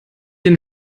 den